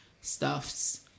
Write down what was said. stuffs